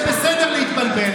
זה בסדר להתבלבל,